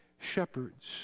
shepherds